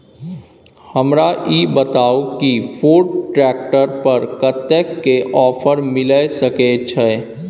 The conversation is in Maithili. हमरा ई बताउ कि फोर्ड ट्रैक्टर पर कतेक के ऑफर मिलय सके छै?